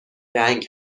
رنگ